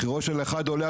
מחירו של אחד עולה,